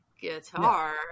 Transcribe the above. guitar